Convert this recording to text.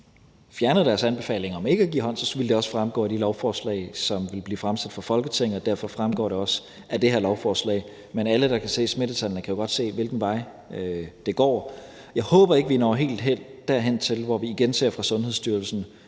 fjerner deres anbefalinger om ikke at give hånd, så vil det også fremgå af de lovforslag, som vil blive fremsat for Folketinget, og derfor fremgår det også af det her lovforslag. Men alle, der kan se smittetallene, kan jo godt se, hvilken vej det går. Jeg håber ikke, at vi når helt derhen, hvor vi igen ser nogle